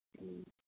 ꯎꯝ